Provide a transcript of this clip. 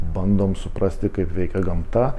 bandom suprasti kaip veikia gamta